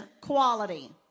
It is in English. quality